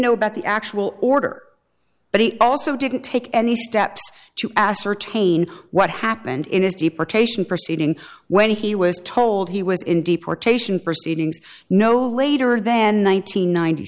know about the actual order but he also didn't take any steps to ascertain what happened in his deportation proceeding when he was told he was in deportation proceedings no later than